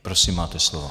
Prosím, máte slovo.